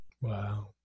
Wow